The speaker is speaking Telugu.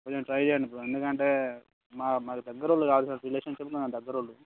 కొంచెం ట్రై చెయ్యండి బ్రో ఎందుకంటే మా మాకు దగ్గరి వాళ్ళు కావలసి మా రిలేషన్షిప్ మన దగ్గరి వాళ్ళు